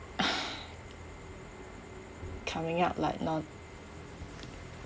coming out like not